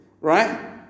right